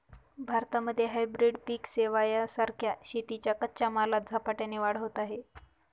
भारतामध्ये हायब्रीड पिक सेवां सारख्या शेतीच्या कच्च्या मालात झपाट्याने वाढ होत आहे